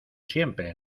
siempre